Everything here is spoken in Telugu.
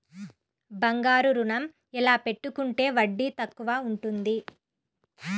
బంగారు ఋణం ఎలా పెట్టుకుంటే వడ్డీ తక్కువ ఉంటుంది?